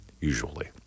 usually